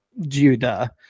Judah